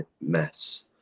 mess